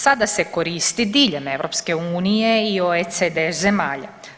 Sada se koristi diljem EU i OECD zemalja.